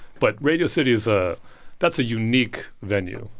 but radio city is a that's a unique venue,